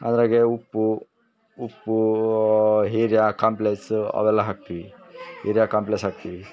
ಅದ್ರಾಗೆ ಉಪ್ಪು ಉಪ್ಪೂ ಹೀರ್ಯ ಕಾಂಪ್ಲೆಸು ಅವೆಲ್ಲ ಹಾಕ್ತೀವಿ ಹೀರ್ಯ ಕಾಂಪ್ಲೆಸ್ ಹಾಕ್ತೀವಿ